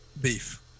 beef